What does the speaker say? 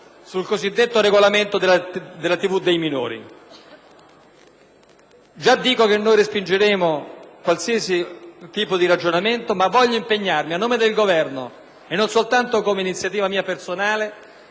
sul cosiddetto regolamento della TV dei minori. Preannuncio che noi respingeremo qualsiasi tipo di ragionamento, ma voglio impegnarmi, a nome del Governo e non solo personalmente, perché